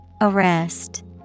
Arrest